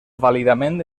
vàlidament